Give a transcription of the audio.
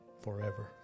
forever